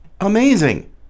amazing